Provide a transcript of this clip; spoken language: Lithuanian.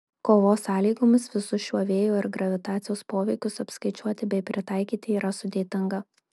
kovos sąlygomis visus šiuo vėjo ir gravitacijos poveikius apskaičiuoti bei pritaikyti yra sudėtinga